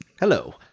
hello